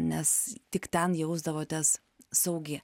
nes tik ten jausdavotės saugi